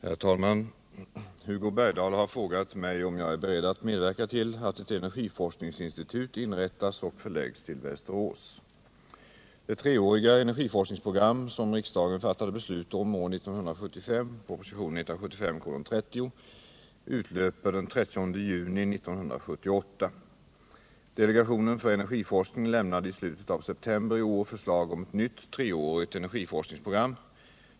Herr talman! Hugo Bergdahl har frågat mig om jag är beredd att medverka till att ett energiforskningsinstitut inrättas och förläggs till Västerås. Delegationen för energiforskning lämnade i slutet av september i år förslag om ett nytt treårigt energiforskningsprogram.